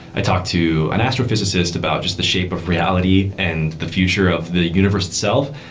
i talked to an astrophysicist about just the shape of reality and the future of the universe itself.